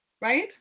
Right